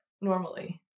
normally